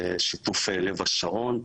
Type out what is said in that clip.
בשיתוף לב השרון,